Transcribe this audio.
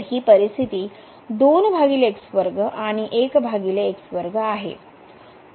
तर ही परिस्थिती आणि आहे